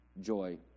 joy